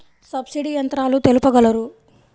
Subsidy యంత్రాలు తెలుపగలరు?